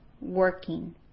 working